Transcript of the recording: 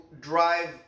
drive